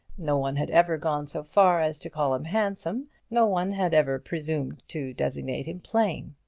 no one had ever gone so far as to call him handsome no one had ever presumed to designate him plain.